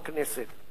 הפעם הארכתי,